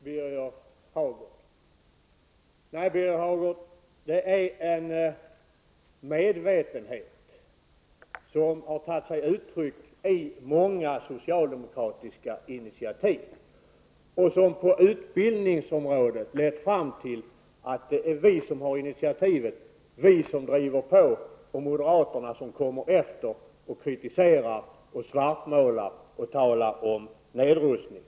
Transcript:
Herr talman! Nej, Birger Hagård, det är en medvetenhet som har tagit sig uttryck i många socialdemokratiska initiativ och som på utbildningsområdet har lett fram till att det är vi som driver på och moderaterna som kommer efter och kritiserar, svartmålar och talar om nedrustning.